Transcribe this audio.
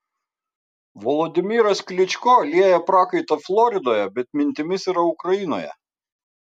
volodymyras klyčko lieja prakaitą floridoje bet mintimis yra ukrainoje